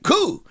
Cool